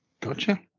Gotcha